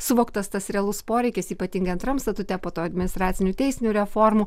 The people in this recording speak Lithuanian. suvoktas tas realus poreikis ypatingai antram statute po to administracinių teisinių reformų